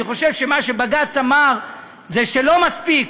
אני חושב שמה שבג"ץ אמר זה שלא מספיק